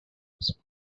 was